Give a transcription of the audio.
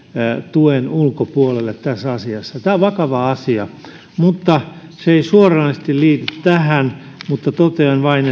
tuen ulkopuolelle tässä asiassa tämä on vakava asia tämä ei suoranaisesti liity tähän mutta totean vain